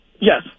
Yes